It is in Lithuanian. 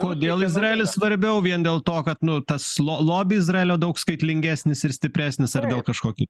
kodėl izraelis svarbiau vien dėl to kad nu tas lo lobi izraelio daug skaitlingesnis ir stipresnis ar dėl kažko kito